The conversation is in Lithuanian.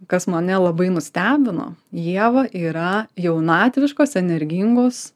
kas mane labai nustebino ieva yra jaunatviškos energingos